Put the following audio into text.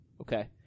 Okay